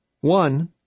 One